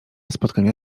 spotkania